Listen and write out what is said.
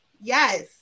Yes